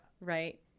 Right